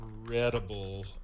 Incredible